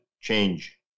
change